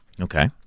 Okay